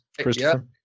Christopher